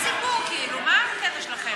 היה סיכום כאילו, מה הקטע שלכם?